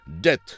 death